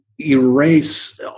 erase